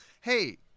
hey